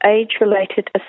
age-related